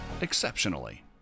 exceptionally